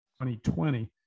2020